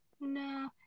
no